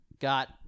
Got